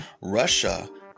Russia